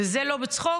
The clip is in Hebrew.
וזה לא בצחוק,